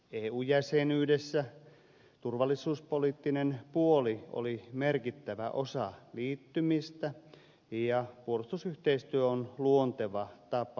eu jäsenyydessä turvallisuuspoliittinen puoli oli merkittävä osa liittymistä ja puolustusyhteistyö on luonteva tapa toimia